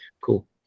Cool